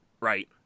right